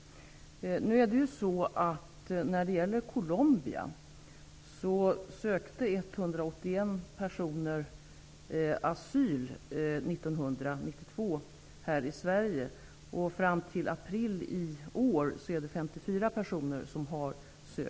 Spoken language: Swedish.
År 1992 sökte 181 colombianer asyl i Sverige. Fram till april i år har 54 personer sökt asyl.